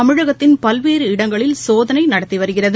தமிழகத்தின் பல்வேறு இடங்களில் சோதனைநடத்திவருகிறது